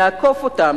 לעקוף אותם,